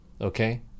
Okay